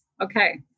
okay